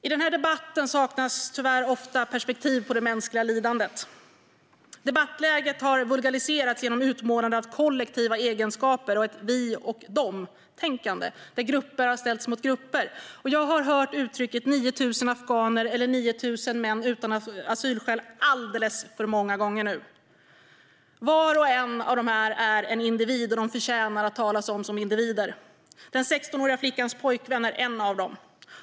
I den här debatten saknas tyvärr ofta perspektiv på det mänskliga lidandet. Debattläget har vulgariserats genom utmålandet av kollektiva egenskaper och ett vi-och-de-tänkande, där grupper har ställts mot grupper. Jag har hört uttrycket 9 000 afghaner eller 9 000 män utan asylskäl alldeles för många gånger nu. Var och en av dessa är en individ, och de förtjänar att talas om som individer. Den 16-åriga flickans pojkvän är en av dem.